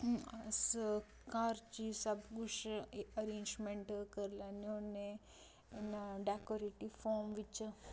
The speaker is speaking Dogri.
अस घर च ही सब कुछ अरेंजमैंट करी लैने होन्ने डैकोरेटिव फार्म बिच्च